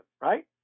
right